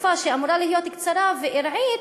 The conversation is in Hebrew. תקופה שאמורה להיות קצרה וארעית,